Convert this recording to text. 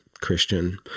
Christian